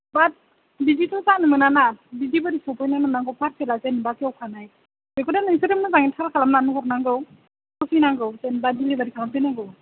बात बिदिथ' जानो मोना ना बिदि बोरै सफैनो मोननांगौ पार्सेला जेनेबा खेवखानाय बेखौथ' नोंसोरो मोजाङै थाल खालामनानै हरनांगौ होफैनांगौ जेनेबा दिलिभारि खालामफैनांगौ